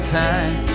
time